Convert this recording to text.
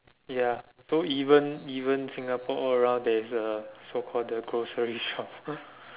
ya so even even Singapore all around there's a so called the grocery shop